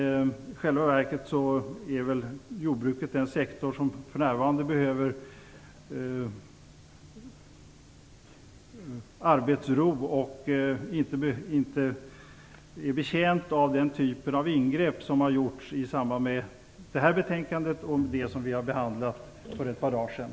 I själva verket är jordbruket en sektor som för närvarande behöver arbetsro och som inte är betjänt av den typ av ingrepp som har gjorts i det här betänkandet och det som vi behandlade för ett par dagar sedan.